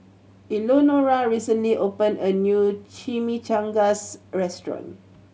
Eleonora recently opened a new Chimichangas restaurant